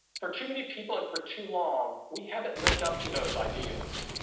for too many people and for too long, we haven't lived up to those ideals.